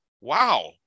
wow